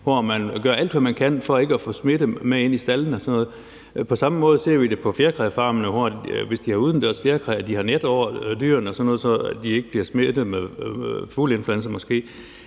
hvor man gør alt, hvad man kan for ikke at få smitte med ind i staldene og sådan noget. På samme måde ser vi, at de på fjerkræsfarmene, hvis de har udendørs fjerkræ, måske har et net over dyrene, så de ikke bliver smittet med fugleinfluenza.